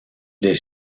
les